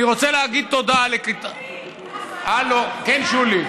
כן, שולי.